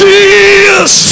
Jesus